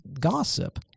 gossip